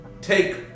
take